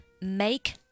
Make